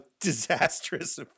disastrous